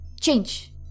change